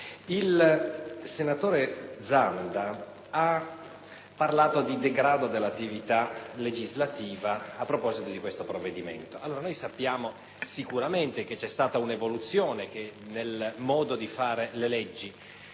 Il senatore Zanda ha parlato di degrado dell'attività legislativa a proposito di questo provvedimento. Noi sappiamo che sicuramente vi è stata un'evoluzione nel modo di fare le leggi